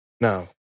Now